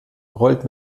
rollt